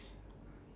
oh